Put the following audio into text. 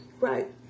Right